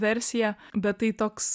versija bet tai toks